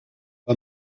toi